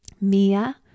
Mia